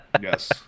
Yes